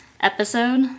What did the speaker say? episode